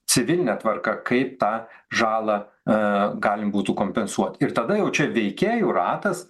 civiline tvarka kaip tą žalą galima būtų kompensuoti ir tada jau čia veikėjų ratas